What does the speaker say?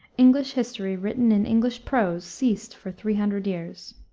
english history written in english prose ceased for three hundred years.